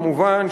כמובן,